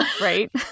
right